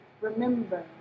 Remember